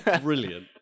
Brilliant